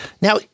Now